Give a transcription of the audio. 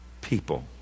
people